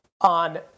on